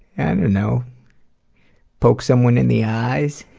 and you know poke someone in the eyes.